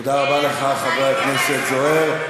תודה רבה לך, חבר הכנסת זוהיר.